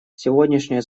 сегодняшнее